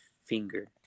finger